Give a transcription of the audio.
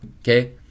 okay